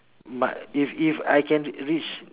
my if if I can reach